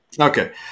Okay